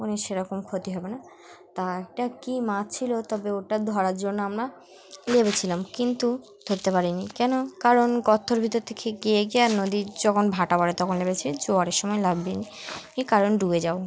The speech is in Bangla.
মানে সেরকম ক্ষতি হবে না তা একটা কী মাছ ছিল তবে ওটা ধরার জন্য আমরা নেবেছিলাম কিন্তু ধরতে পারিনি কেন কারণ কথর ভিতর থেকে গিয়ে গিয়ে আর নদীর যখন ভাটা পড়ে তখন নেবেছে জরের সময় নাবে নি কারণ ডুবে যাও